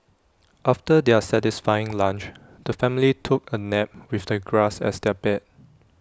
after their satisfying lunch the family took A nap with the grass as their bed